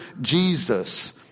Jesus